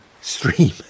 stream